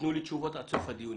תנו לי תשובות עד סוף הדיונים.